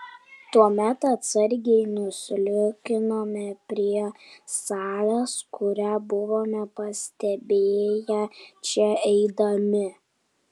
tuomet atsargiai nusliūkinome prie salės kurią buvome pastebėję čia eidami